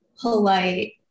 polite